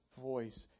voice